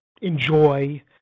enjoy